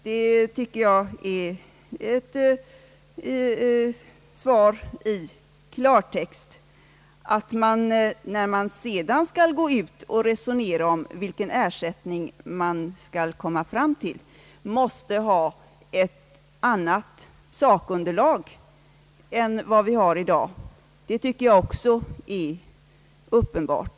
Det tycker jag är ett svar i klartext. Att man, när man sedan skall gå ut och resonera om vilken ersättning man skall komma fram till, måste ha ett annat sakunderlag än vad vi har i dag, det tycker jag också är uppenbart.